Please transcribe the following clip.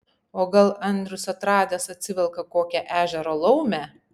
o gal andrius atradęs atsivelka kokią ežero laumę